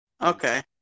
Okay